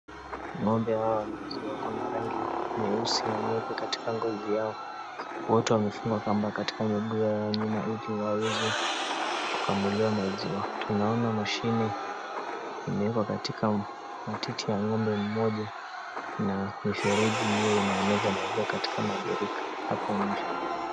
ng'ombe hawa wa maziwa ako na rangi nyeusi na nyeupe katika ngozi yao, wote wamefungwa miguu yao ya nyuma ili wawezwe kukamuliwa maziwa. tunaona mashini imewekwa katika matiti ya ng'ombe mmoja na mifereji hio inaeka maziwa katika majerika hapo nje.